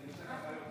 תודה רבה.